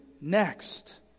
next